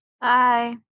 Bye